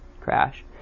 crash